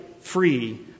free